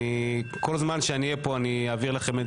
כל זמן שאני אהיה פה אני אעביר לכם את